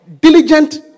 diligent